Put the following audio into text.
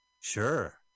Sure